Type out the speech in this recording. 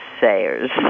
sayers